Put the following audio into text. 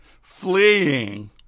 fleeing